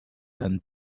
end